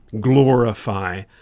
glorify